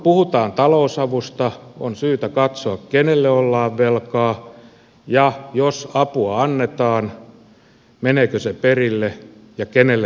kun puhutaan talousavusta on syytä katsoa kenelle ollaan velkaa ja jos apua annetaan meneekö se perille ja kenelle se menee